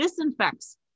disinfects